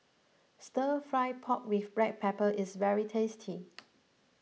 Stir Fried Pork with Black Pepper is very tasty